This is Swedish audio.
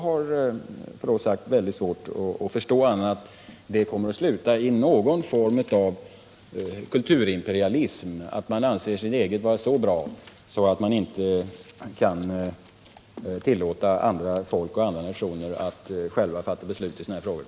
Jag har med förlov sagt svårt att förstå att en sådan hållning skulle sluta i någonting annat än en form av kulturimperialism — man anser sitt eget vara så bra att man inte kan tillåta andra folk och andra nationer att själva fatta beslut i sådana här frågor.